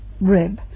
rib